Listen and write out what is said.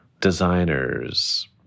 designers